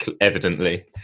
evidently